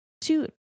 two